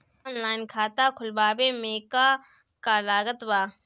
Online खाता खुलवावे मे का का लागत बा?